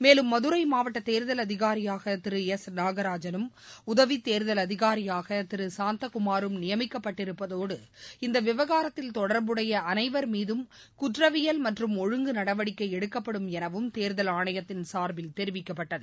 மேலும் மதுரை மாவட்ட தேர்தல் அதிகாரியாக திரு எஸ் நாகராஜனும் உதவி தேர்தல் அதிகாரியாக திரு சாந்தகுமாரும் நியமிக்கப்பட்டிருப்பதுடன் இந்த விவகாரத்தில் தொடர்புடைய அனைவர் மீதும் குற்றவியல் மற்றும் ஒழுங்கு நடவடிக்கை எடுக்கப்படும் எனவும் தேர்தல் ஆணையத்தின் சார்பில் தெரிவிக்கப்பட்டது